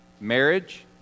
Marriage